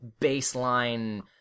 baseline